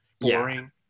boring